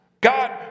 God